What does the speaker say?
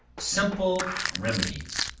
simple remedies.